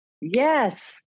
Yes